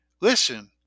Listen